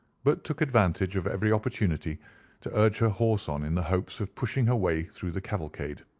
but took advantage of every opportunity to urge her horse on in the hopes of pushing her way through the cavalcade.